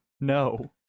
no